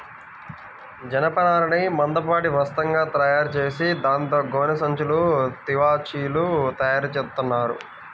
జనపనారని మందపాటి వస్త్రంగా తయారుచేసి దాంతో గోనె సంచులు, తివాచీలు తయారుచేత్తన్నారు